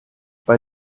bei